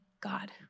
God